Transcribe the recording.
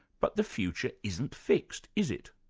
but the future isn't fixed, is it?